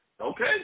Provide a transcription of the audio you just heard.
Okay